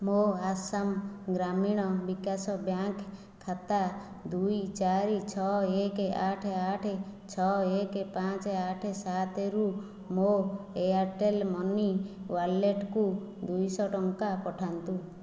ମୋ ଆସାମ ଗ୍ରାମୀଣ ବିକାଶ ବ୍ୟାଙ୍କ ଖାତା ଦୁଇ ଚାରି ଛଅ ଏକ ଆଠ ଆଠ ଛଅ ଏକ ପାଞ୍ଚ ଆଠ ସାତରୁ ମୋ ଏୟାର୍ଟେଲ୍ ମନି ୱାଲେଟ୍କୁ ଦୁଇଶହ ଟଙ୍କା ପଠାନ୍ତୁ